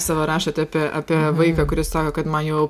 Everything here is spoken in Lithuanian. savo rašot apie apie vaiką kuris sako kad man jau